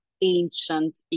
ancient